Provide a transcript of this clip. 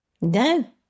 No